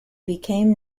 became